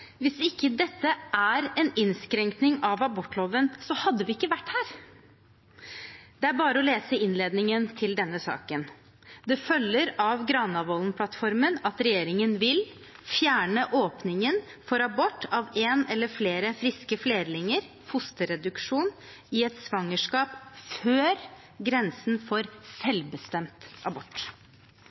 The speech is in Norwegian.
Hvis ikke dette var en innskrenkning av abortloven, hadde vi ikke vært her. Det er bare å lese innledningen til denne saken: «Det følger av Granavolden-plattformen at regjeringen vil: «Fjerne åpningen for abort av en eller flere friske flerlinger i et svangerskap før grensen for selvbestemt abort.»»